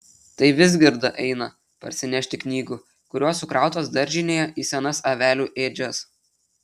tai vizgirda eina parsinešti knygų kurios sukrautos daržinėje į senas avelių ėdžias